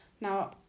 now